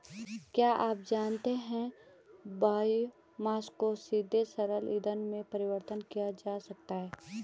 क्या आप जानते है बायोमास को सीधे तरल ईंधन में परिवर्तित किया जा सकता है?